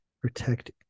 protect